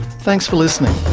thanks for listening